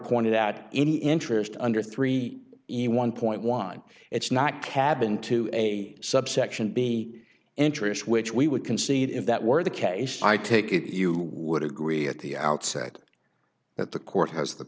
pointed at any interest under three he one dollar it's not cabin to a subsection b interest which we would concede if that were the case i take it you would agree at the outset that the court has the